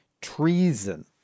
treason